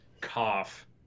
cough